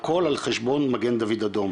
הכול על חשבון מגן דוד אדום.